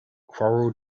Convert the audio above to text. quarrel